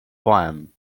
poem